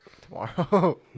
tomorrow